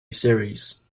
series